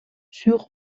sur